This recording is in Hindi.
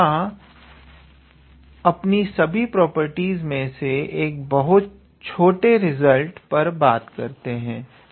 तो यहां अपनी सभी प्रॉपर्टीस मे से एक बहुत छोटे रिजल्ट पर बात करते हैं